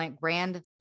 grand